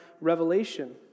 revelation